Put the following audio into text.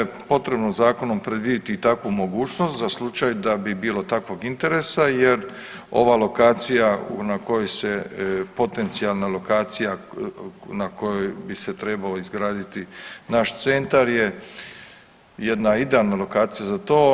Hvala, ovaj jasno je potrebno zakonom predvidjeti i takvu mogućnost za slučaj da bi bilo takvog interesa jer ova lokacija na kojoj se, potencijalna lokacija na kojoj bi se trebao izgraditi naš centar je jedna idealna lokacija za to.